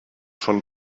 von